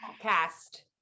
cast